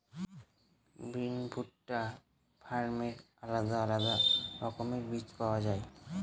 বিন, ভুট্টা, ফার্নের আলাদা আলাদা রকমের বীজ পাওয়া যায়